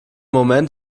moment